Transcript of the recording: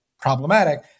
problematic